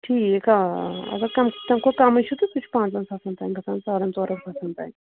ٹھیٖک آ اگر کَم تَمہِ کھۄتہٕ کَمٕے چھُ تہٕ سُہ چھُ پانٛژَن ساسَن تانۍ گژھان ساڑَن ژورَن ساسَن تانۍ